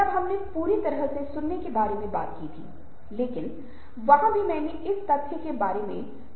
सहानुभूति किसी अन्य व्यक्ति की स्थिति को उनके दृष्टिकोण से समझने का अनुभव है